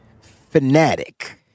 fanatic